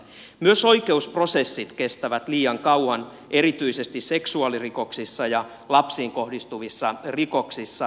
myös oikeusprosessit kestävät liian kauan erityisesti seksuaalirikoksissa ja lapsiin kohdistuvissa rikoksissa